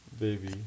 Baby